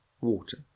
water